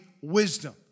wisdom